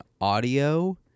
audio